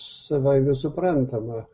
savaime suprantama